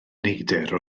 neidr